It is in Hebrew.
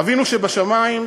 "אבינו שבשמים,